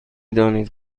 دانید